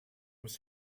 was